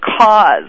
cause